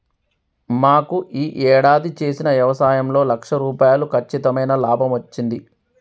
మాకు యీ యేడాది చేసిన యవసాయంలో లక్ష రూపాయలు కచ్చితమైన లాభమచ్చింది